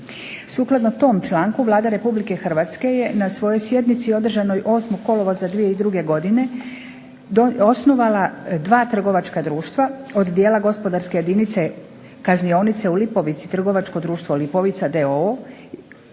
Sukladno tom članku Vlada Republike Hrvatske je na svojoj sjednici održanoj 8. kolovoza 2002. godine osnovala 2 trgovačka društva od dijela gospodarske jedinice kaznionice u Lipovici, Trgovačko društvo Lipovica